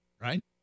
right